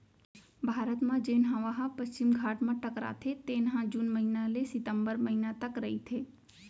भारत म जेन हवा ह पस्चिम घाट म टकराथे तेन ह जून महिना ले सितंबर महिना तक रहिथे